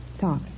Talk